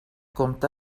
compta